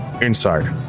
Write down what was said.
inside